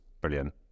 brilliant